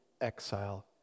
exile